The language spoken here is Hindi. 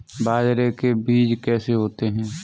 बाजरे के बीज कैसे होते हैं?